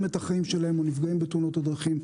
את החיים שלהם ונפגעים בתאונות הדרכים,